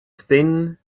thin